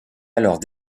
alors